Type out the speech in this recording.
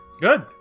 Good